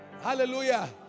hallelujah